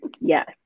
Yes